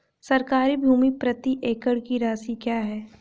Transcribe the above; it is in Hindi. सरकारी भूमि प्रति एकड़ की राशि क्या है?